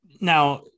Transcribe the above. Now